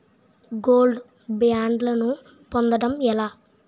Gold బ్యాండ్లను పొందటం ఎలా?